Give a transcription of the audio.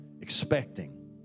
Expecting